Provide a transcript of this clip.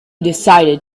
decided